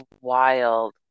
wild